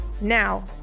now